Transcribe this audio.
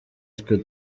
twe